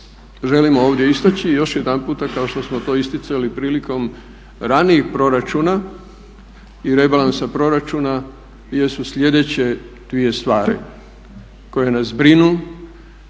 želim ovdje istaći još jedanputa kao što smo to isticali prilikom ranijih proračuna i rebalansa proračuna jesu sljedeće dvije stvari koje nas brinu